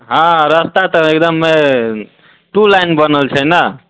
हँ रास्ता तऽ एकदम टू लाइन बनल छै ने